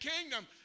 kingdom